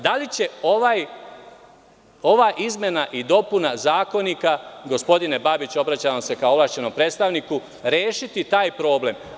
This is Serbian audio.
Da li će ova izmena i dopuna zakonika, gospodine Babiću, obraćam vam se kao ovlašćenom predstavniku, rešiti taj problem?